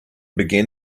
began